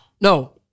No